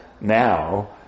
now